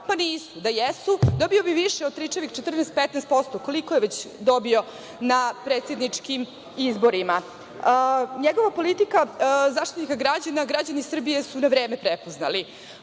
Nisu. Da jesu, dobio bi više od tričavih 14, 15%, koliko je već dobio na predsedničkim izborima. NJegovu politiku Zaštitnika građana građani Srbije su na vreme prepoznali. Ne